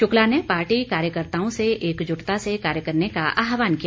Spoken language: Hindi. शुक्ला ने पार्टी कार्यकताओं से एकजुटता से कार्य करने का आहवान किया